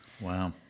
Wow